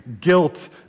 guilt